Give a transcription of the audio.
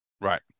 Right